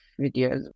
videos